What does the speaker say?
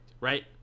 right